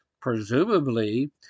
presumably